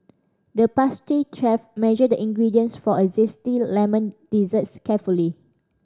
the pastry chef measured the ingredients for a zesty lemon desserts carefully